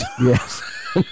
Yes